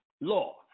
law